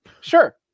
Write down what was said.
Sure